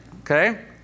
Okay